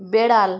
বেড়াল